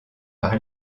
par